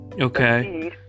Okay